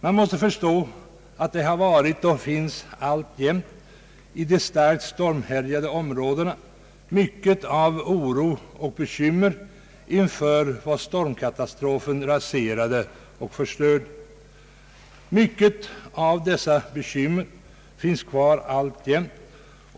Man måste förstå att det i de starkt stormhärjade områdena har funnits och alltjämt finns mycket av oro och bekymmer inför vad stormkatastrofen raserade. Många av dessa bekymmer är kvar alltjämt.